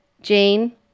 Jane